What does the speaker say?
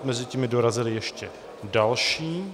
Mezitím mi dorazily ještě další.